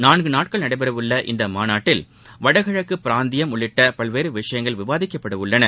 நான்குநாட்கள் நடைபெறவுள்ள இந்தமாநாட்டில் வடகிழக்குபிராந்தியம் உள்ளிட்டபல்வேறுவிஷயங்கள் விவாதிக்கப்படஉள்ளன